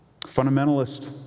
Fundamentalist